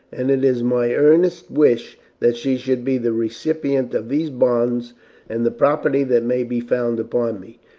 and it is my earnest wish that she should be the recipient of these bonds and the property that may be found upon me.